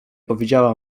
powiedziała